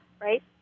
right? (